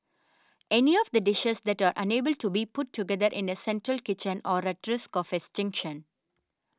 any of the dishes that are unable to be put together in a central kitchen are at risk of extinction